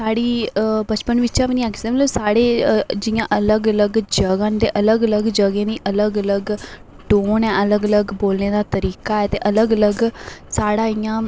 साढ़ी बचपन बिच्चा बी निं आक्खी सकदे मतलब साढ़े जियां अलग अलग जगह्ं न ते अलग अलग जगहें दी अलग अलग टोन ऐ अलग अलग बोलने दा तरीका ऐ ते अलग अलग साढ़ा इ'यां